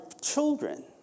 children